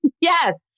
Yes